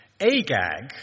Agag